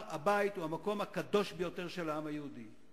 הר-הבית הוא המקום הקדוש ביותר של העם היהודי.